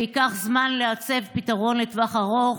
וייקח זמן לעצב פתרון לטווח ארוך,